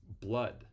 blood